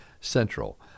Central